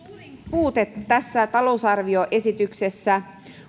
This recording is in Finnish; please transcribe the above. puute tässä talousarvioesityksessä